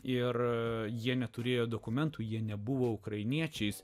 ir jie neturėjo dokumentų jie nebuvo ukrainiečiais